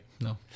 No